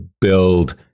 build